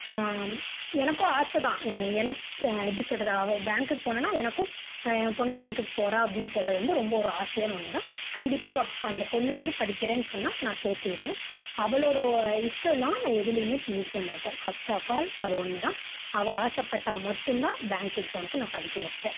எனக்கும் ஆசை தான் எனக்கு எப்படி சொல்கிறது அவள் பேங்குக்கு போனான்னா எனக்கும் என் பொண்ணு பேங்குக்கு போகிறா அப்படின்னு சொல்கிறது வந்து ரொம்ப ஒரு ஆசையான ஒன்று தான் கண்டிப்பாக அவள் அந்த பொண்ணு வந்து படிக்கிறேன்னு சொன்னால் நான் சேத்து விடுவேன் அவளோட இஷ்டம் இல்லாமல் நான் எதிலேயுமே திணிக்க மாட்டேன் ஃபஸ்ட் ஆஃப் ஆல் அது ஒன்று தான் அவள் ஆசைப்பட்டா மட்டுந்தான் பேங்க் எக்ஸாமுக்கு நான் படிக்க வைப்பேன்